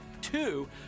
two